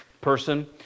person